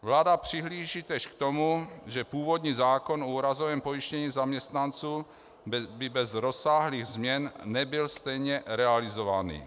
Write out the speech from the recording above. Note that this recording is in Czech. Vláda přihlíží též k tomu, že původní zákon o úrazovém pojištění zaměstnanců by bez rozsáhlých změn nebyl stejně realizovaný.